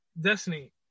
Destiny